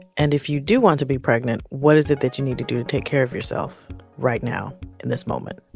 and if you do want to be pregnant, what is it that you need to do to take care of yourself right now in this moment?